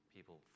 People